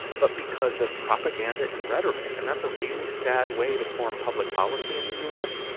but because of propaganda and rhetoric. and that's a really sad way to form public policy in the u s.